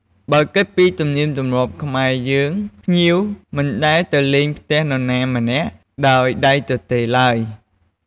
បើគិតពីទំនៀមទម្លាប់ខ្មែរយើង ភ្ញៀវមិនដែលទៅលេងផ្ទះនរណាម្នាក់ដោយដៃទទេឡើយ។